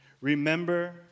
Remember